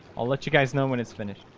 i'll let you guys know when it's finished